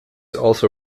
also